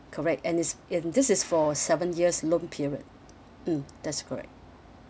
correct and this and this is for seven years loan period mmhmm that's correct